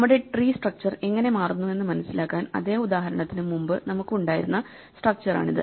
നമ്മുടെ tree structure എങ്ങനെ മാറുന്നുവെന്ന് മനസിലാക്കാൻ അതേ ഉദാഹരണത്തിന് മുമ്പ് നമുക്ക് ഉണ്ടായിരുന്ന സ്ട്രക്ച്ചർ ആണിത്